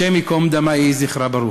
השם ייקום דמה, יהי זכרה ברוך.